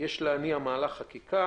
יש להניע מהלך חקיקה